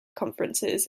conferences